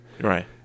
Right